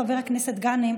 חבר הכנסת גנאים,